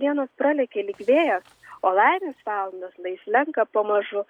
dienos pralėkė lyg vėjas o laimės valandos lai slenka pamažu